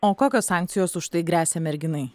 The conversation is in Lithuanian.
o kokios sankcijos už tai gresia merginai